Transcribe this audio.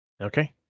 Okay